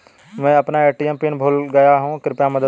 मैं अपना ATM pin भूल गया हूँ कृपया मदद करें